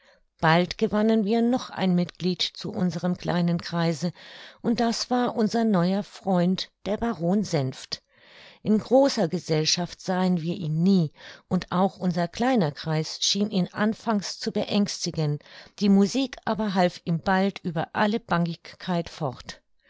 bald gewannen wir noch ein mitglied zu unserem kleinen kreise und das war unser neuer freund der baron senft in großer gesellschaft sahen wir ihn nie und auch unser kleiner kreis schien ihn anfangs zu beängstigen die musik aber half ihm bald über alle bangigkeit fort